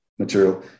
material